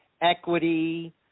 equity